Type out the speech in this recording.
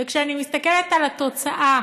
וכשאני מסתכלת על התוצאה